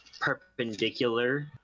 perpendicular